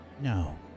No